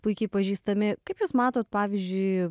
puikiai pažįstami kaip jūs matot pavyzdžiui